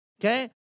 okay